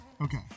Okay